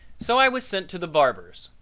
so i was sent to the barber's.